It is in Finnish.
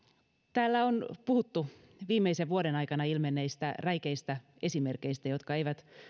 täällä on puhuttu viimeisen vuoden aikana ilmenneistä räikeistä esimerkeistä jotka eivät